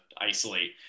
isolate